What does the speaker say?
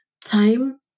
Time